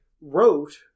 wrote